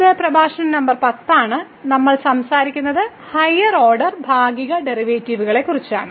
ഇത് പ്രഭാഷണ നമ്പർ 10 ആണ് നമ്മൾ സംസാരിക്കുന്നത് ഹയർ ഓർഡറിന്റെ ഭാഗിക ഡെറിവേറ്റീവുകളെക്കുറിച്ചാണ്